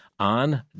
on